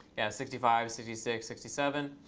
sixty five, sixty six, sixty seven.